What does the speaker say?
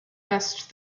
best